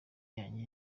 yanjye